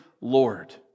Lord